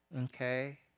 Okay